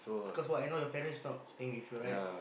cause what I know your parents not staying with her right